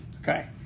Okay